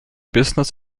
business